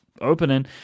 opening